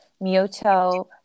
Miyoto